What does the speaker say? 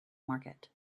market